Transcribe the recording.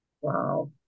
Wow